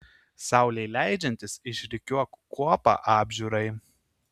saulei leidžiantis išrikiuok kuopą apžiūrai